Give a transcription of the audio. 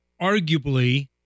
arguably